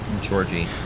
Georgie